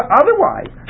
otherwise